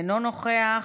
אינו נוכח.